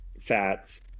fats